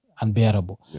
unbearable